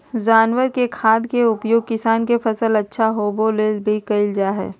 जानवर के खाद के उपयोग किसान के फसल अच्छा होबै ले भी कइल जा हइ